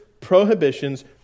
prohibitions